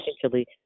potentially